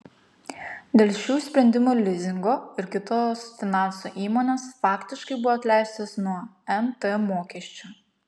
dėl šių sprendimų lizingo ir kitos finansų įmonės faktiškai buvo atleistos nuo nt mokesčio